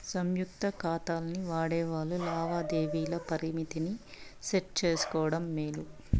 సంయుక్త కాతాల్ని వాడేవాల్లు లావాదేవీల పరిమితిని సెట్ చేసుకోవడం మేలు